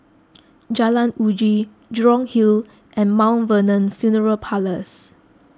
Jalan Uji Jurong Hill and Mount Vernon funeral Parlours